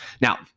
now